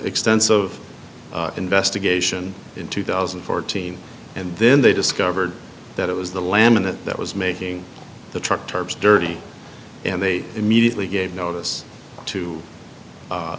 extensive investigation in two thousand and fourteen and then they discovered that it was the laminate that was making the truck terms dirty and they immediately gave notice to